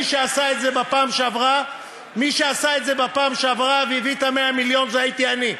מי שעשה את זה בפעם שעברה והביא את 100 המיליון זה הייתי אני.